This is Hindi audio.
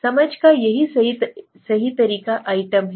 समझ का सही तरीका आइटम है